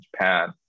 Japan